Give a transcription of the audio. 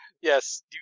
Yes